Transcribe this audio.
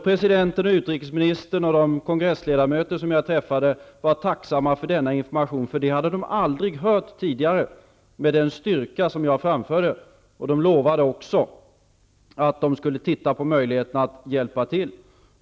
Presidenten, utrikesministern och de kongressledamöter som jag träffade var tacksamma för denna information, eftersom detta var något de aldrig hört tidigare och med den styrka jag framförde budskapet. De lovade också att de skulle se på möjligheterna att hjälpa till.